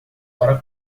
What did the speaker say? para